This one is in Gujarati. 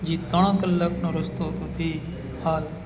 જે ત્રણ કલાકનો રસ્તો હતો તે આ